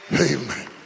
Amen